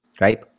right